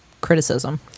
criticism